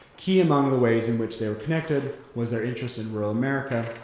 key among the ways in which they were connected was their interest in rural america.